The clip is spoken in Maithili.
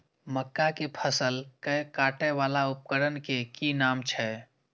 मक्का के फसल कै काटय वाला उपकरण के कि नाम छै?